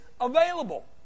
available